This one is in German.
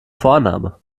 vorname